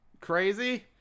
crazy